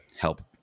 help